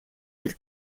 del